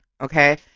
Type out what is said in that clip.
okay